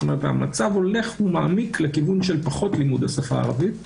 המצב הולך ומעמיק לכיוון של פחות לימוד של השפה הערבית.